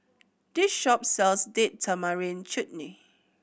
this shop sells Date Tamarind Chutney